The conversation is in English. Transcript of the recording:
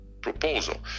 proposal